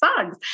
songs